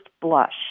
blush